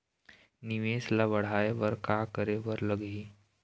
निवेश ला बढ़ाय बर का करे बर लगही?